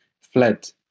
fled